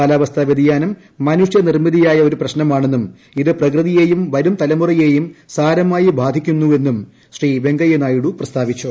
കാലാവസ്ഥ വൃതിയാനം മനുഷ്യ നിർമ്മിതിയായ ഒരു പ്രശ്നമാണെന്നും ഇത് പ്രകൃതിയേയും വരും തലമുറയേയും സാരമായി ബാധിക്കുന്നുവെന്നും ശ്രീ വെങ്കയ്യ നായിഡു പ്രസ്താവിച്ചു